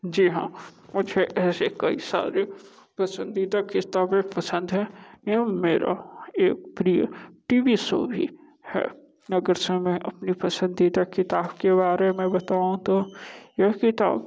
जी हाँ मुझे ऐसे कई सारे पसंदीदा किताबें पसंद हैं एवं मेरा एक प्रिय टी वी शो भी है अगर सर मैं अपनी पसंदीदा किताब के बारे में बताऊँ तो यह किताब